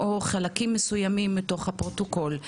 או חלקים מסוימים מתוך הפרוטוקול.